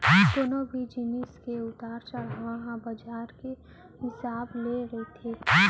कोनो भी जिनिस के उतार चड़हाव ह बजार के हिसाब ले रहिथे